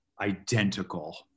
identical